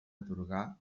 atorgar